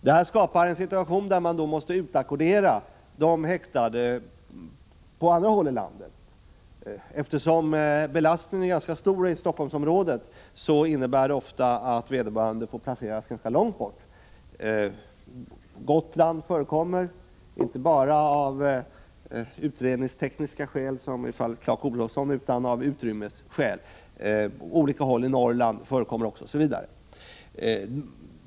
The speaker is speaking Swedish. Detta skapar en situation där man måste utackordera de häktade på andra håll i landet. Eftersom belastningen är ganska stor i Stockholmsområdet innebär det ofta att vederbörande får placeras ganska långt bort — Gotland kommer i fråga, inte bara av utredningstekniska skäl som i fallet Clark Olofsson, utan av utrymmesskäl. Även olika platser i Norrland kommer i fråga.